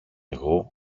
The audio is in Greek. εγώ